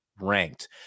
ranked